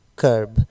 curb